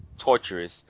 torturous